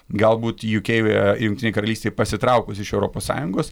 galbūt jū kei jungtinei karalystei pasitraukus iš europos sąjungos